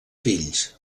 fills